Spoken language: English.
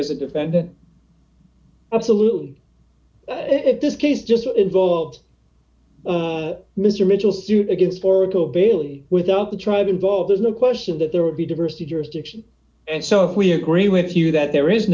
as a defendant absolutely this case just involved mr mitchel suit against forego bayley without the tribe involved there's no question that there would be diversity jurisdiction and so we agree with you that there is